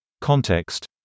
context